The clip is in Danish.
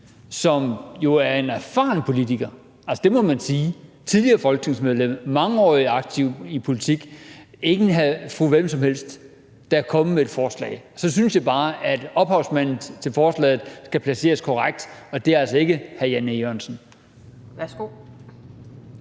som jo er en erfaren politiker, det må man sige, tidligere folketingsmedlem, mangeårigt aktiv i politik, ingen fru hvem som helst, der er kommet med et forslag. Så synes jeg bare, at ophavsmanden til forslaget skal placeres korrekt, og det er altså ikke hr. Jan E. Jørgensen. Kl.